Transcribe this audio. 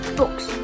books